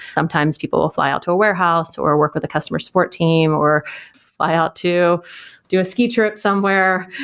sometimes people will fly out to a warehouse, or work with a customer support team, or fly out to do a ski trip somewhere,